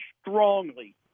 strongly